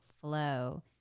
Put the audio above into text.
flow